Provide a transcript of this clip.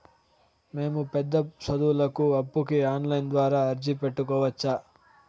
మేము పెద్ద సదువులకు అప్పుకి ఆన్లైన్ ద్వారా అర్జీ పెట్టుకోవచ్చా?